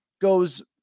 goes